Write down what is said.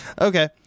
Okay